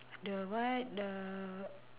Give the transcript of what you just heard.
the what the